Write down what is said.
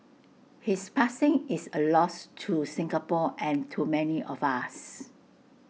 his passing is A loss to Singapore and to many of us